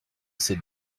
ces